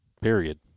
period